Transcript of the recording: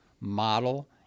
model